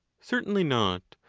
certainly not,